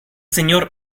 señor